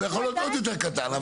ויכול להיות עוד יותר קטן.